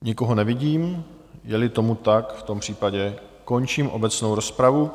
Nikoho nevidím, jeli tomu tak, v tom případě končím obecnou rozpravu.